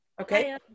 Okay